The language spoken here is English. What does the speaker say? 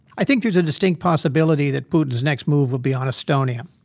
i think there's a distinct possibility that putin's next move will be on estonia.